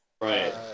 Right